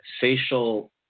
facial